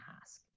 ask